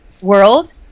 world